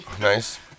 Nice